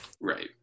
right